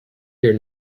here